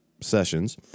sessions